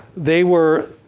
they were